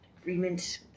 Agreement